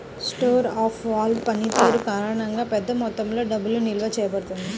store of value పనితీరు కారణంగా, పెద్ద మొత్తంలో డబ్బు నిల్వ చేయబడుతుంది